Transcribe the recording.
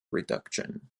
reduction